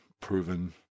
proven